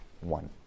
one